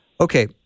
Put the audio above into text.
Okay